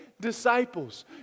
disciples